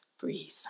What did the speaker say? breathe